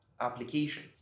application